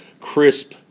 crisp